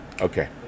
okay